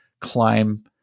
climb